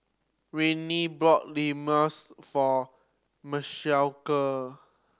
Rayne Imoni for Michaela